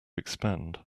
expand